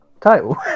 Title